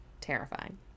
terrifying